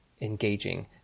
engaging